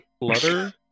flutter